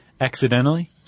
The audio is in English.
accidentally